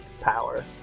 power